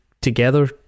together